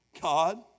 God